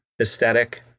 aesthetic